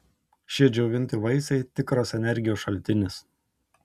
šie džiovinti vaisiai tikras energijos šaltinis